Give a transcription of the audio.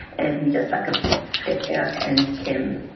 and we just like ah fled iraqi and came,